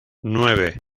nueve